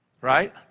Right